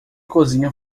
cozinha